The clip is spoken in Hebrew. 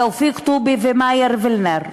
תופיק טובי ומאיר וילנר,